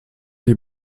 die